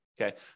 okay